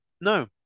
no